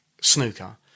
snooker